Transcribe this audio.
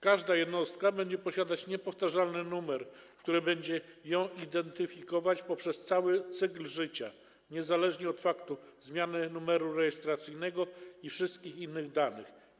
Każda jednostka będzie posiadać niepowtarzalny numer, który będzie ją identyfikować poprzez cały cykl życia niezależnie od faktu zmiany numeru rejestracyjnego i wszystkich innych danych.